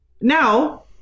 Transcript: now